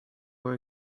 were